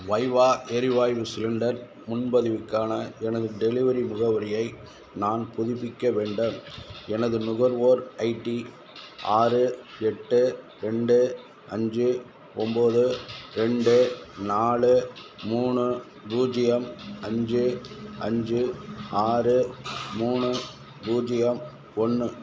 வைவா எரிவாய்வு சிலிண்டர் முன்பதிவுக்கான எனது டெலிவரி முகவரியை நான் புதுப்பிக்க வேண்டும் எனது நுகர்வோர் ஐடி ஆறு எட்டு ரெண்டு அஞ்சு ஒம்போது ரெண்டு நாலு மூணு பூஜ்ஜியம் அஞ்சு அஞ்சு ஆறு மூணு பூஜ்ஜியம் ஒன்று